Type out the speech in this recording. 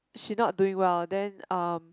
she not doing well then uh